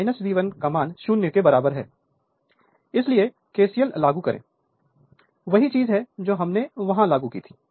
तो V2 V1 0 के बराबर है इसलिए KVL लागू करें वही चीज है जो हमने वहां लागू की है